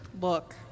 Look